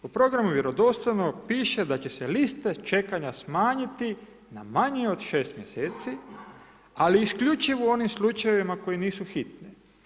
U programu vjerodostojno piše da će se liste čekanja smanjiti na manje od 6 mjeseci ali isključivo u onim slučajevima koje nisu hitne.